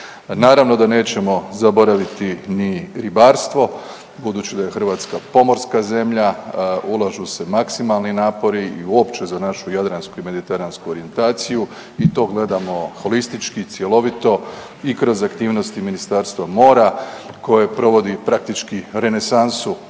Naravno da nećemo zaboraviti ni ribarstvo budući da je Hrvatska pomorska zemlja, ulažu se maksimalni napori i uopće za našu jadransku i mediteransku orijentaciju i to gledamo holistički, cjelovito i kroz aktivnosti Ministarstva mora koje provodi praktički, renesansu